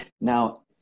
Now